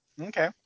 Okay